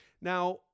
Now